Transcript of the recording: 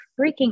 freaking